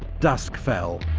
dusk fell,